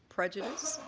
prejudice,